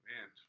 Man